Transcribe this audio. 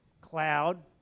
cloud